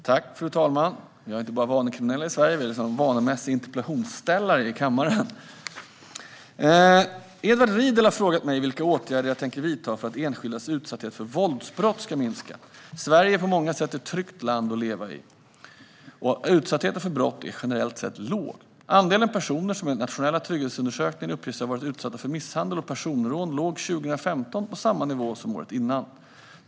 Fru ålderspresident! Vi har inte bara vanekriminella i Sverige utan även vanemässiga interpellationsställare i kammaren! Edward Riedl har frågat mig vilka åtgärder jag tänker vidta för att enskildas utsatthet för våldsbrott ska minska. Sverige är på många sätt ett tryggt land att leva i, och utsattheten för brott är generellt sett låg. Andelen personer som enligt den nationella trygghetsundersökningen uppger sig ha varit utsatt för misshandel och personrån låg 2015 på samma nivå som året innan.